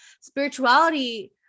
spirituality